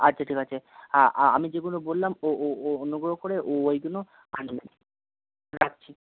আচ্ছা ঠিক আছে আমি যেগুলো বললাম ও ও ও অনুগ্রহ করে ওইগুলো আনবেন রাখছি